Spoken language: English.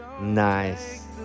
Nice